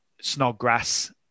Snodgrass